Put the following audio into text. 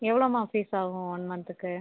எவ்வளோமா fees ஆகும் one மன்த்துக்கு